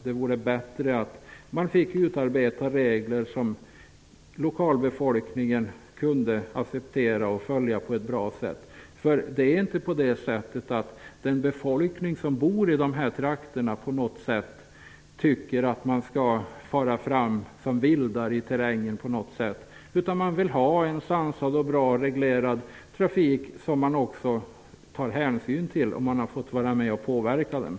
Det vore bättre att utarbeta regler som lokalbefolkningen kunde acceptera och följa på ett bra sätt. Befolkningen i fjälltrakterna tycker inte att man skall fara fram som vildar i terrängen. Den vill ha en sansad och bra reglerad trafik, som man tar hänsyn till om man har fått vara med och påverka reglerna.